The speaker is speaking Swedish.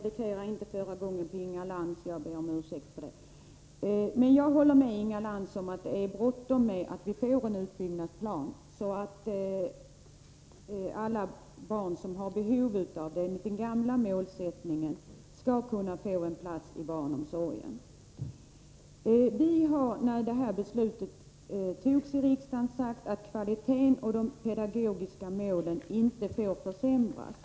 Fru talman! Jag håller med Inga Lantz om att det är bråttom med att vi får en utbyggnadsplan, så att alla barn som har behov av det — det är den gamla målsättningen — skall kunna få plats i barnomsorgen. När detta beslut fattades i riksdagen sade vi att kvaliteten och de pedagogiska målen inte fick försämras.